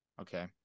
Okay